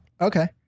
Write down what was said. Okay